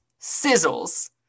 sizzles